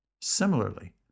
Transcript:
Similarly